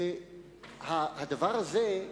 הדבר הזה,